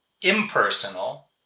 impersonal